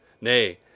Nay